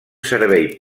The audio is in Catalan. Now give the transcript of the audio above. servei